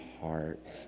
hearts